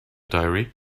diary